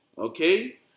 Okay